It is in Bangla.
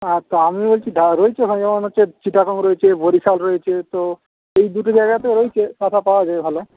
হ্যাঁ তা আমি বলছি বাইরেই চিটাগং রয়েছে বরিশাল রয়েছে তো এই দুটো জায়গা তো রয়েইছে কাঁথা পাওয়া যায় ভালো